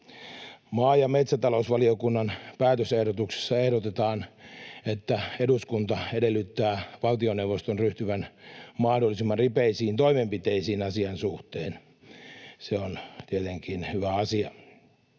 Maa- ja metsätalousvaliokunnan päätösehdotuksessa ehdotetaan, että eduskunta edellyttää valtioneuvoston ryhtyvän mahdollisimman ripeisiin toimenpiteisiin asian suhteen. Se on tietenkin hyvä asia.